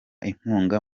inkunga